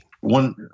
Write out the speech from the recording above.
One